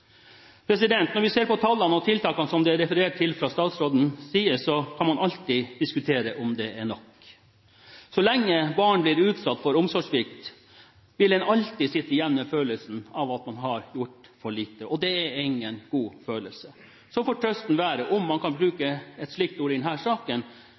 Når vi ser på tallene og tiltakene som det er referert til fra statsrådens side, kan man alltid diskutere om det er nok. Så lenge barn blir utsatt for omsorgssvikt, vil en alltid sitte igjen med følelsen av at man har gjort for lite. Det er ingen god følelse. Så får trøsten – om man kan bruke et slikt ord i denne saken